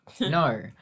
No